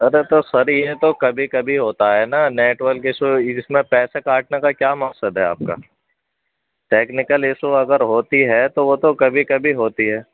ارے تو سر یہ تو کبھی کبھی ہوتا ہے نا نیٹ ورک ایشو اس میں پیسہ کاٹنے کا کیا مقصد ہے آپ کا ٹیکنیکل ایسو اگر ہوتی ہے تو وہ تو کبھی کبھی ہوتی ہے